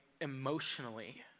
emotionally